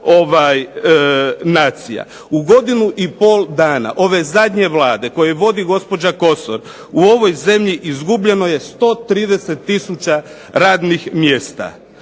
U godinu i pol dana ove zadnje Vlade koju vodi gospođa Kosor u ovoj zemlji izgubljeno je 130 tisuća radnih mjesta.